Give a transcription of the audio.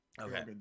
Okay